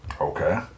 Okay